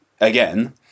again